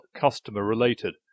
customer-related